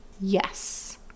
yes